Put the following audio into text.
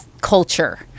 culture